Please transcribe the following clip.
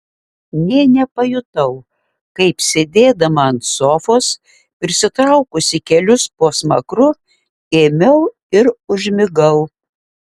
nė nepajutau kaip sėdėdama ant sofos prisitraukusi kelius po smakru ėmiau ir užmigau